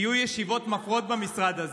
יהיו ישיבות מפרות במשרד הזה.